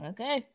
Okay